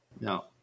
No